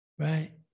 right